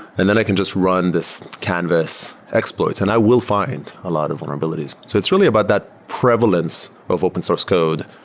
and then i can just run this canvas exploits, and i will find a lot of vulnerabilities. so it's really about that prevalence of open source code,